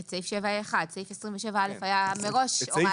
את סעיף 7ה1. סעיף 27א היה הוראת קבע מראש.